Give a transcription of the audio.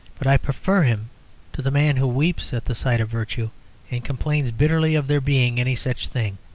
but i prefer him to the man who weeps at the sight of virtue and complains bitterly of there being any such thing.